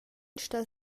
star